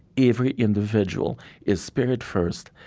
every individual is spirit first,